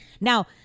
Now